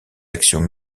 actions